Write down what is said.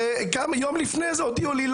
ויום לפני זה הודיעו לי,